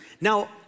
Now